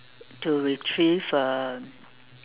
to retrieve uh